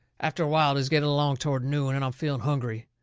after a while it is getting along toward noon, and i'm feeling hungry.